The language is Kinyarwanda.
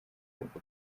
kuko